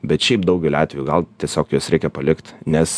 bet šiaip daugeliu atvejų gal tiesiog juos reikia palikt nes